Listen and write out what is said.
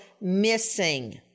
missing